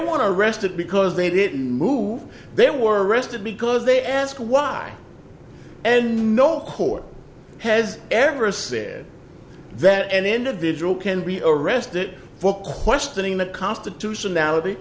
arrest it because they didn't move they were arrested because they ask why and no court has ever said that an individual can be arrested for questioning the constitutionality